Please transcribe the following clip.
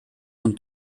und